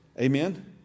Amen